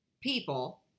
people